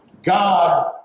God